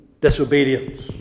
disobedience